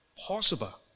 possible